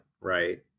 right